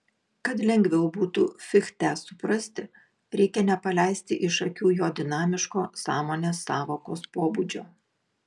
kad lengviau būtų fichtę suprasti reikia nepaleisti iš akių jo dinamiško sąmonės sąvokos pobūdžio